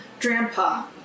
Grandpa